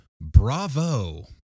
Bravo